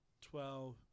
twelve